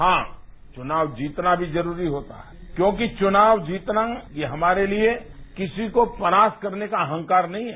हां च्नाव जीतना भी जरूरी होगा क्योंकि च्नाव जीतना ये हमारे लिये किसी को परास्त करने का अहंकार नहीं है